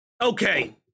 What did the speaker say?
Okay